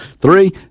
Three